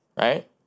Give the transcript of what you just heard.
right